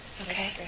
Okay